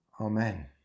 Amen